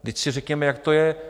Vždyť si řekněme, jak to je.